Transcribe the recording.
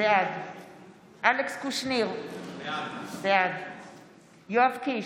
בעד אלכס קושניר, בעד יואב קיש,